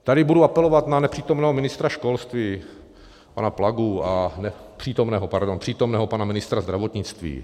Tady budu apelovat na nepřítomného ministra školství pana Plagu a ne přítomného, pardon, přítomného pana ministra zdravotnictví.